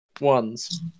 ones